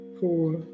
four